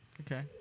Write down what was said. Okay